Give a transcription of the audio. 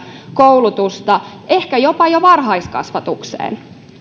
koulutusta ehkä jopa jo varhaiskasvatukseen